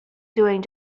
doing